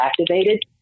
activated